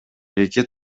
эки